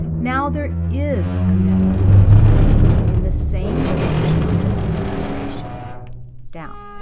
now there is a net force in the same direction as the acceleration down.